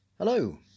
Hello